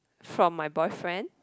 from my boyfriend